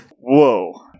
Whoa